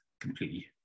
completely